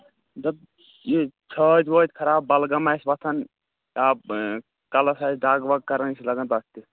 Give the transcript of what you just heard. دَپ یہِ چھٲتۍ واتۍ خراب بَلغم آسہِ وۄتھان کلس آسہِ دگ وگ کران یہِ چھُ لگان تَتھ تہِ